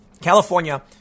California